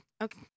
Okay